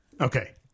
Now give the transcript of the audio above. okay